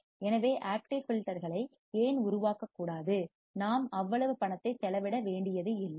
எனவே ஆக்டிவ் ஃபில்டர்களை ஏன் உருவாக்கக்கூடாது நாம் அவ்வளவு பணத்தை செலவிட வேண்டியதில்லை